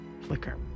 flicker